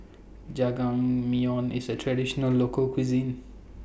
Jajangmyeon IS A Traditional Local Cuisine